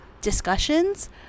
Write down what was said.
discussions